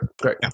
Great